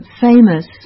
famous